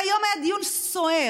והיום היה דיון סוער